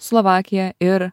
slovakija ir